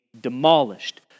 demolished